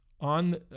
On